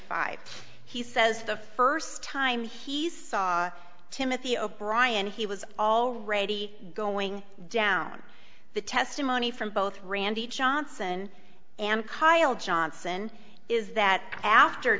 five he says the first time he saw timothy o'brien he was already going down the testimony from both randy johnson and hisle johnson is that after